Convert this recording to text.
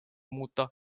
muuta